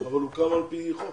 אבל הוקם על פי חוק.